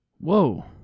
Whoa